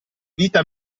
vita